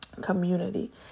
community